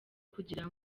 kugira